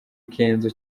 kenzo